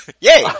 Yay